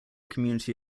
community